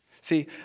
See